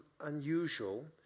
unusual